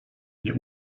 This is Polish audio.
nie